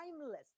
timeless